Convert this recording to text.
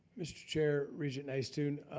mr. chair, regent nystuen.